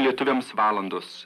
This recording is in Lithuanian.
lietuviams valandos